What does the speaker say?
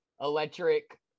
electric